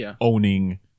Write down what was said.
owning